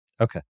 Okay